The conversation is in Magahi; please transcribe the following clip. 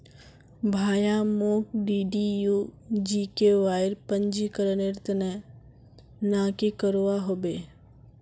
भाया, मोक डीडीयू जीकेवाईर पंजीकरनेर त न की करवा ह बे